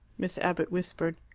miss abbott whispered,